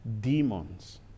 demons